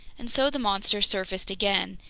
and so the monster surfaced again,